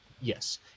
Yes